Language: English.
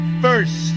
first